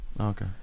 Okay